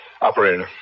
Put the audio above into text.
Operator